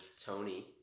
Tony